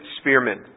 spearmen